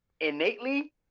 innately